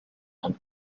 and